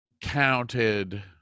counted